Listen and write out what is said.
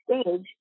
stage